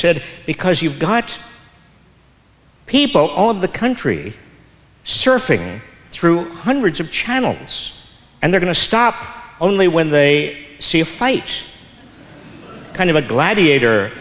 said because you've got people all of the country surfing through hundreds of channels and they're going to stop only when they see a fight kind of a gladiator